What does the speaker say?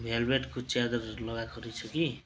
भेलभेटको च्यादरहरू लगाएको रहेछ कि